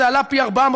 זה עלה פי 400,